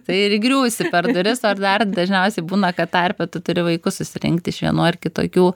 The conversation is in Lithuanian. tai ir griūsi per duris ar dar dažniausiai būna kad tarpe tu turi vaikus susirinkti iš vienų ar kitokių